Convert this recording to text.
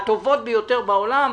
הטובות ביותר בעולם.